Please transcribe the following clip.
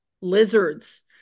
lizards